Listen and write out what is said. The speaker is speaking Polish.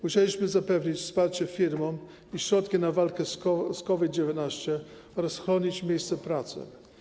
Musieliśmy zapewnić wsparcie firmom i środki na walkę z COVID-19 oraz chronić miejsca pracy.